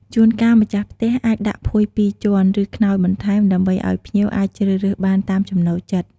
ជួនកាលម្ចាស់ផ្ទះអាចដាក់ភួយពីរជាន់ ឬខ្នើយបន្ថែម ដើម្បីឱ្យភ្ញៀវអាចជ្រើសរើសបានតាមចំណូលចិត្ត។